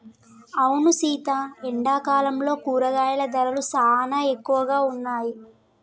అవును సీత ఎండాకాలంలో కూరగాయల ధరలు సానా ఎక్కువగా ఉన్నాయి